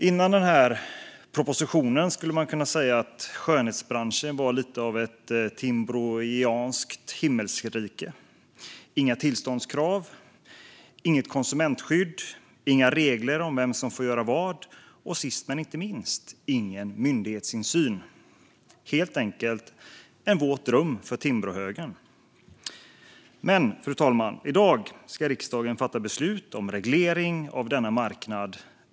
Före den här propositionen skulle man kunna säga att skönhetsbranschen varit lite av ett timbroianskt himmelrike: inga tillståndskrav, inget konsumentskydd, inga regler om vem som får göra vad och sist men inte minst ingen myndighetsinsyn - helt enkelt en våt dröm för Timbrohögern. Men, fru talman, i dag ska riksdagen fatta beslut om reglering av denna marknad.